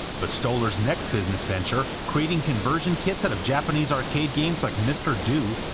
but stolar's next business venture, creating conversion kits out of japanese arcade games like mr. do!